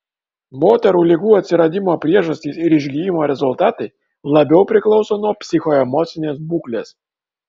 moterų ligų atsiradimo priežastys ir išgijimo rezultatai labiau priklauso nuo psichoemocinės būklės